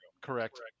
correct